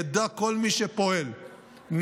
ידע כל מי שפועל נגד